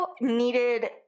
needed